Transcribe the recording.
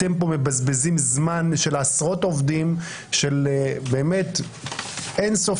אתם פה מבזבזים זמן של עשרות עובדים ובאמת אין סוף